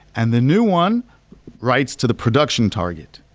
and the new one writes to the production target.